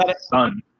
son